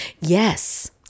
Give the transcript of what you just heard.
Yes